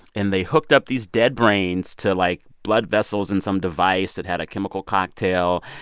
and they hooked up these dead brains to, like, blood vessels in some device that had a chemical cocktail.